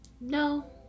no